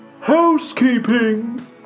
housekeeping